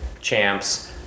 champs